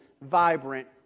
vibrant